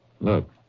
Look